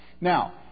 Now